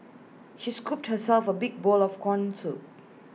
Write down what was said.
she scooped herself A big bowl of Corn Soup